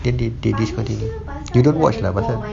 they they they discontinue they don't watch lah pasal